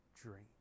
dream